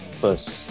first